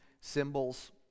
symbols